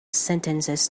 sentences